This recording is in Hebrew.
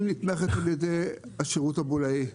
נתמכת על ידי השירות הבולאי.